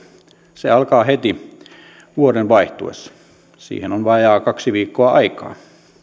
se alkaa heti vuoden vaihtuessa siihen on vajaa kaksi viikkoa aikaa